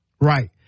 Right